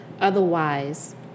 Otherwise